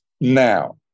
now